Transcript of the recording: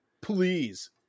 Please